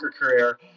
career